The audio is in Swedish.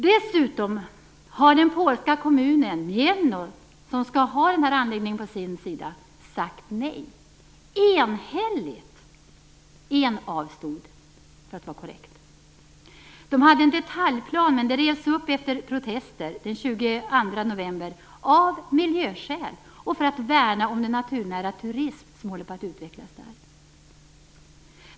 Dessutom har den polska kommunen Mielno, som skall ha denna anläggning, enhälligt sagt nej - en avstod, för att vara korrekt. De hade en detaljplan, men efter protester revs beslutet upp den 22 november av miljöskäl och för att värna om den naturnära turism som håller på att utvecklas där.